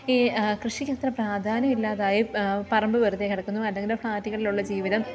ഈ കൃഷിക്കത്ര പ്രാധാന്യം ഇല്ലാതായി പറമ്പ് വെറുതെ കിടക്കുന്നു അല്ലെങ്കിൽ ഫ്ലാറ്റുകളിലുള്ള ജീവിതം